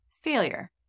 failure